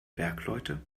bergleute